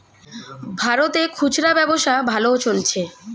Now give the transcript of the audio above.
ভারতে খুচরা ব্যবসা ভালো চলছে